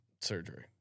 surgery